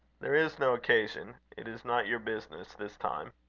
there is no occasion. it is not your business this time.